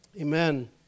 amen